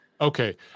okay